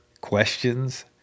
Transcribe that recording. questions